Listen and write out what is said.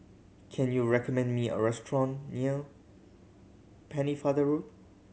can you recommend me a restaurant near Pennefather Road